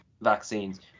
vaccines